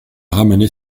ramenait